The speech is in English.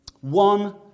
One